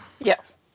Yes